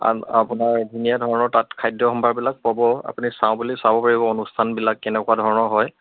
আপোনাৰ ধুনীয়া ধৰণৰ তাত খাদ্য সম্ভাৰবিলাক পাব আপুনি চাওঁ বুলি চাব পাৰিব অনুষ্ঠানবিলাক কেনেকুৱা ধৰণৰ হয়